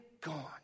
gone